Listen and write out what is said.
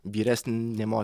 vyresnė moteris